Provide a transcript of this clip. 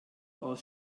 aus